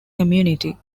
community